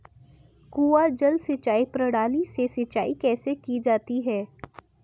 कुआँ जल सिंचाई प्रणाली से सिंचाई कैसे की जाती है?